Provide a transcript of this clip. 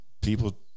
people